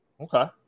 Okay